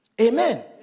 Amen